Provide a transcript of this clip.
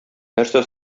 нәрсә